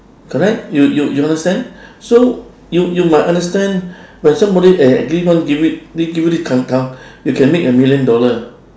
correct you you you understand so you you must understand when somebody eh keep on giving you this you can make a million dollar